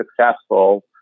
successful